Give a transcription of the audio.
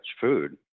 food